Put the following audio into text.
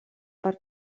per